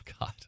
God